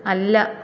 അല്ല